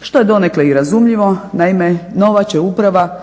što je donekle i razumljivo, naime nova će uprava